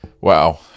Wow